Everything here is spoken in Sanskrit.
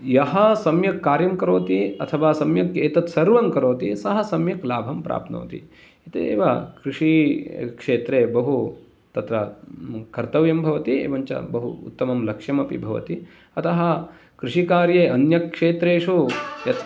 यः सम्यक्कार्यं करोति अथवा सम्यक् एतद् सर्वं करोति सः सम्यक् लाभं प्राप्नोति इति एव कृषिक्षेत्रे बहु तत्र कर्त्तव्यं भवति एवञ्च बहु उत्तमं लक्ष्यमपि भवति अतः कृषिकार्ये अन्यक्षेत्रेषु यत्